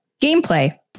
Gameplay